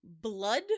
blood